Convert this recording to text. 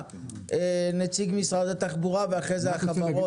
נציג משרד התחבורה ואחרי זה החברות,